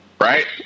Right